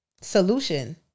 Solution